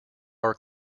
our